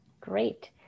great